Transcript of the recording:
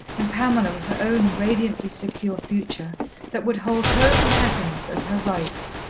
and pamela with her own radiantly-secure future that would hold home and happiness as her rights.